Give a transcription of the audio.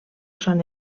sant